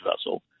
vessel